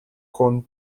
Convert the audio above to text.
con